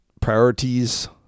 priorities